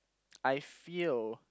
I feel